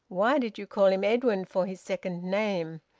why did you call him edwin for his second name?